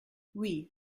oui